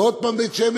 ועוד פעם בית-שמש,